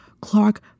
Clark